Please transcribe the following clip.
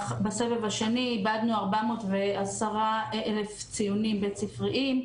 בסבב השני, איבדנו 410 אלף ציונים בית-ספריים,